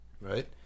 right